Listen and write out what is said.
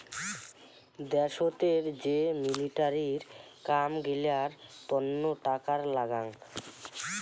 দ্যাশোতের যে মিলিটারির কাম গিলার তন্ন টাকা লাগাং